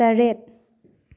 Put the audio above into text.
ꯇꯔꯦꯠ